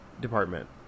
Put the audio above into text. department